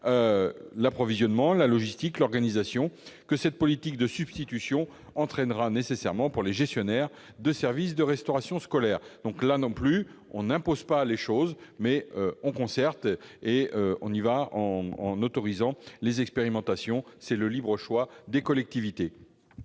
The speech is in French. l'approvisionnement, la logistique, l'organisation -que cette politique de substitution entraînera nécessairement pour les gestionnaires de services de restauration scolaire. Il s'agit non d'imposer, mais d'agir en concertation, en autorisant les expérimentations. Le libre choix des collectivités